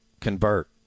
convert